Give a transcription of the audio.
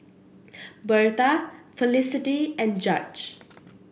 Birtha Felicity and Judge